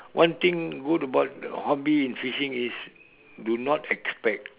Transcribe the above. one thing good about hobby in fishing is do not expect